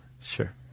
Sure